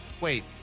Wait